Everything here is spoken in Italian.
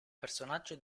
personaggio